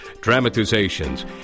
dramatizations